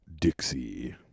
Dixie